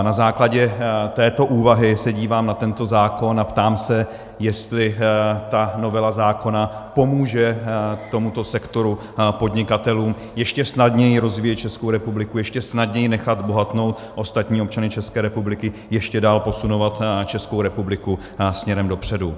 Na základě této úvahy se dívám na tento zákon a ptám se, jestli ta novela zákona pomůže tomuto sektoru podnikatelů ještě snadněji rozvíjet Českou republiku, ještě snadněji nechat bohatnout ostatní občany České republiky, ještě dál posunovat Českou republiku směrem dopředu.